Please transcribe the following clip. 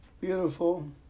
Beautiful